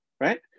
right